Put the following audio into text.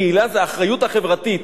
קהילה זה האחריות החברתית.